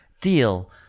Deal